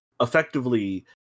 effectively